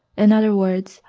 in other words,